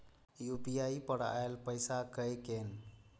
UPI पर आएल पैसा कै कैन?